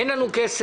אין לנו כסף,